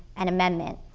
and amendment.